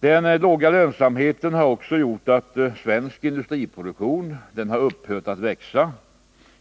Den låga lönsamheten har också gjort att svensk industriproduktion upphört att växa.